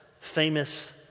famous